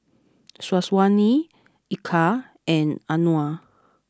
Syazwani Eka and Anuar